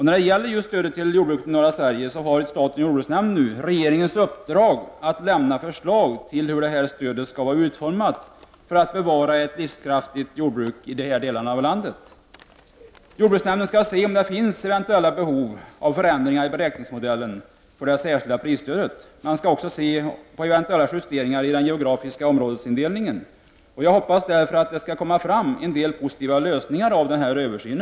När det gäller stödet till jordbruket i norra Sverige har statens jordbruksnämnd regeringens uppdrag att lämna förslag till hur detta stöd skall vara utformat för att bevara ett livskraftigt jordbruk i dessa delar av landet. Jord bruksnämnden skall också se till att det finns eventuella behov av förändringar i beräkningsmodellen för det särskilda prisstödet. Man skall också se på eventuella justeringar i den geografiska områdesindelningen. Jag hoppas därför att det skall komma fram en del positiva lösningar av denna översyn.